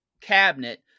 cabinet